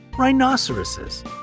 Rhinoceroses